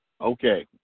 okay